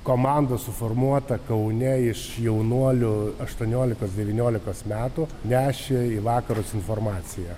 komanda suformuota kaune iš jaunuolių aštuoniolikos devyniolikos metų nešė į vakarus informaciją